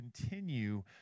continue